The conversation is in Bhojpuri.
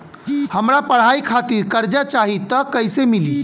हमरा पढ़ाई खातिर कर्जा चाही त कैसे मिली?